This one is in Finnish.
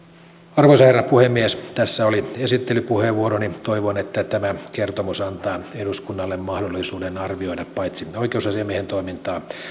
arvoisa herra puhemies tässä oli esittelypuheenvuoroni toivon että tämä kertomus antaa eduskunnalle mahdollisuuden arvioida paitsi oikeusasiamiehen toimintaa